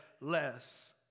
less